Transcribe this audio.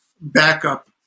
backup